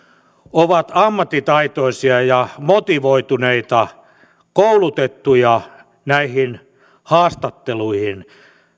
ovat ammattitaitoisia ja motivoituneita koulutettuja näihin haastatteluihin